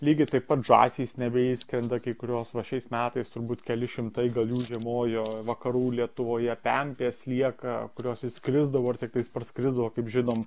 lygiai taip pat žąsys nebeišskrenda kai kurios va šiais metais turbūt keli šimtai gal jų žiemojo vakarų lietuvoje pempės lieka kurios išskrisdavo ir tiktais parskrisdavo kaip žinom